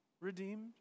redeemed